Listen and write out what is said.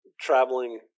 traveling